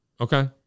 Okay